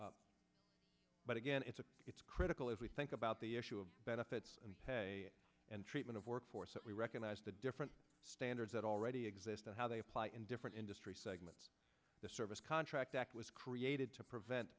but again it's a it's critical if we think about the issue of benefits and treatment of workforce that we recognize the different standards that already exist and how they apply in different industries segments the service contract that was created to prevent